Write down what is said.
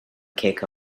kick